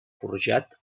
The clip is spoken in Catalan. forjat